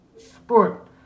sport